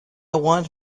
want